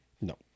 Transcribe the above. No